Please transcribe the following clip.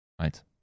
Right